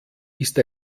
ist